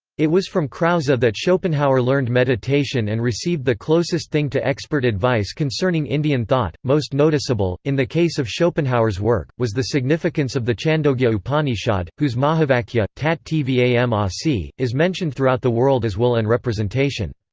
it was from krause that schopenhauer learned meditation and received the closest thing to expert advice concerning indian thought most noticeable, in the case of schopenhauer's work, was the significance of the chandogya upanishad, whose mahavakya, tat tvam asi, is mentioned throughout the world as will and representation.